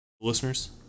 listeners